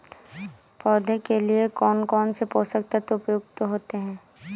पौधे के लिए कौन कौन से पोषक तत्व उपयुक्त होते हैं?